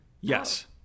Yes